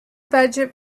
budget